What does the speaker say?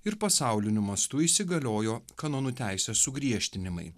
ir pasauliniu mastu įsigaliojo kanonų teisės sugriežtinimai